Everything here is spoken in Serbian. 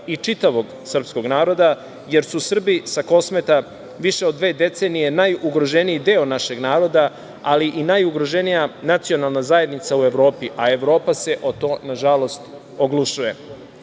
i čitavog srpskog naroda, jer su Srbi sa Kosmeta više od dve decenije najugroženiji deo našeg naroda, ali i najugroženija nacionalna zajednica u Evropi, a Evropa se o to nažalost oglušuje. Srpski